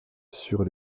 sur